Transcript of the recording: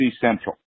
Central